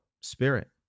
spirit